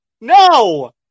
No